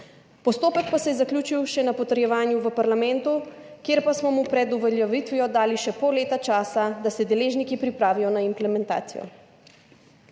Postopek pa se je zaključil še na potrjevanju v parlamentu, kjer pa smo mu pred uveljavitvijo dali še pol leta časa, da se deležniki pripravijo na implementacijo.